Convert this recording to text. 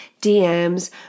DMs